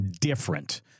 different